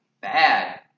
bad